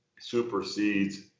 supersedes